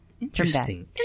Interesting